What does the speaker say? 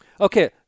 Okay